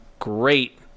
great